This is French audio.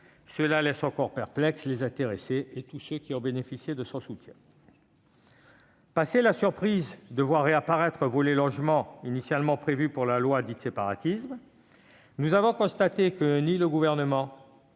elle laisse encore perplexes les intéressés et tous ceux qui ont bénéficié du soutien de cette dernière. Une fois passée la surprise de voir réapparaître un volet logement initialement prévu pour la loi dite « séparatisme », nous avons constaté que ni le Gouvernement